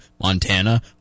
Montana